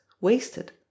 wasted